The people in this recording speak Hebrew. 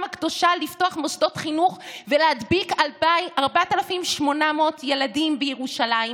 הקדושה לפתוח מוסדות חינוך ולהדביק 4,800 ילדים בירושלים,